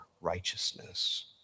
righteousness